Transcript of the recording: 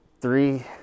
three